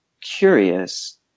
curious